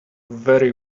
very